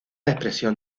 expresión